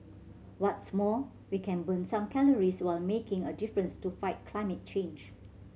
what's more we can burn some calories while making a difference to fight climate change